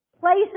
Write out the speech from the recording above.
places